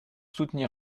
soutenir